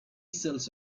cells